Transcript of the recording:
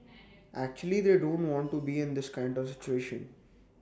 actually they don't want to be in this kind of situation